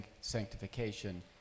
sanctification